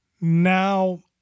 Now